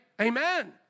amen